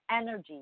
energy